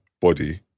body